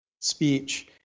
speech